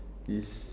is